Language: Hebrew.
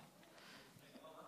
(היתר להחזיק בעל